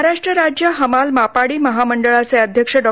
महाराष्ट्र राज्य हमाल मापाडी महामंडळाचे अध्यक्ष डॉ